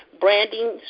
branding